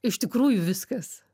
iš tikrųjų viskas